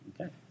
Okay